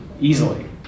easily